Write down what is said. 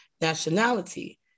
nationality